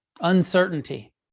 uncertainty